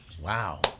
Wow